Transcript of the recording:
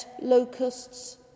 locusts